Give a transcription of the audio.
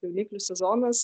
jauniklių sezonas